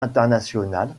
internationale